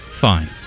Fine